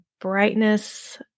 brightness